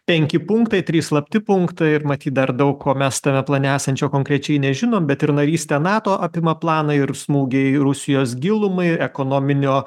penki punktai trys slapti punktai ir matyt dar daug ko mes tame plane esančio konkrečiai nežinom bet ir narystė nato apima planą ir smūgiai rusijos gilumai ekonominio